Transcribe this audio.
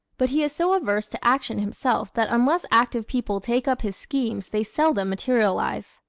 but he is so averse to action himself that unless active people take up his schemes they seldom materialize.